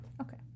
Okay